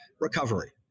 recovery